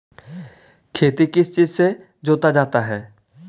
खेती किस चीज से जोता जाता है?